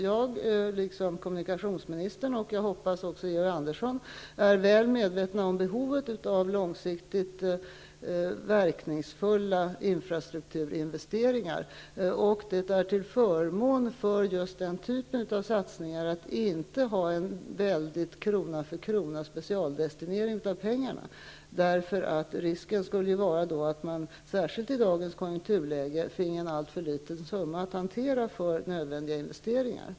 Jag, liksom kommunikationsministern och jag hoppas också Georg Andersson, är väl medveten om behovet av långsiktigt verkningsfulla infrastrukturinvesteringar. Att inte ha en specialdestinering av pengarna krona för krona är till förmån för just den typen av satsningar. Då skulle risken finnas att vi, särskilt i dagens konjunkturläge, finge en alltför liten summa att hantera för nödvändiga investeringar.